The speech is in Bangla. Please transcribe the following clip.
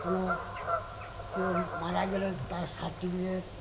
কোনো কেউ মারা গেলে তার সাার্টিফিকেট